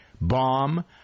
bomb